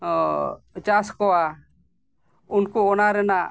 ᱪᱟᱥ ᱠᱚᱣᱟ ᱩᱱᱠᱩ ᱚᱱᱟ ᱨᱮᱱᱟᱜ